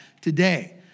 today